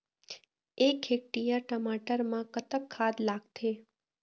एक हेक्टेयर टमाटर म कतक खाद लागथे?